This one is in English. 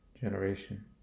generation